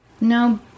No